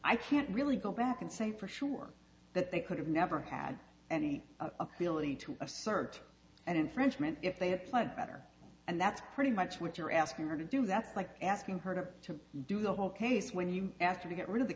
i can't really go back and say for sure that they could have never had any ability to assert and infringement if they applied better and that's pretty much what you're asking her to do that's like asking her to to do the whole case when you asked her to get rid of the